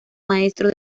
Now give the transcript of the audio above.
maestro